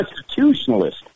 constitutionalist